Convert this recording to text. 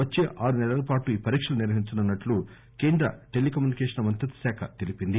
వచ్చే ఆరు నెలల పాటు ఈ పరీక్షలు నిర్వహించనున్నట్లు కేంద్ర టెలి కమ్యూనికేషన్ల మంత్రిత్వ శాఖ తెలిపింది